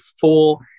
full